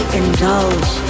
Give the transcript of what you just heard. indulge